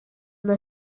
the